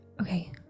Okay